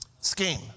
Scheme